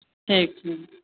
ठीक छै